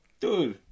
Dude